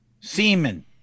semen